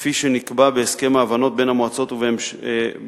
כפי שנקבע בהסכם ההבנות בין המועצות המקומיות.